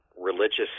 religious